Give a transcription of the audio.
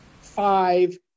Five